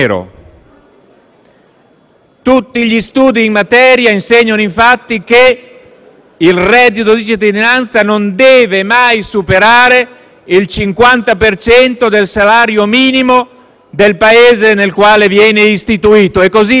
Tutti gli studi in materia insegnano, infatti, che il reddito di cittadinanza non deve mai superare il 50 per cento del salario minimo del Paese nel quale viene istituito. È così, infatti,